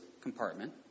compartment